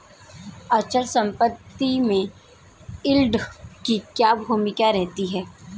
अचल संपत्ति में यील्ड की क्या भूमिका रहती है?